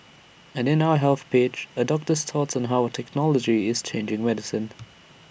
and in our health page A doctor's thoughts on how technology is changing medicine